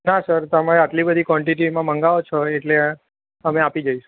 ના સર તમારે આટલી બધી કોન્ટીટીમાં મંગાવો છો એટલે અમે આપી જઈશું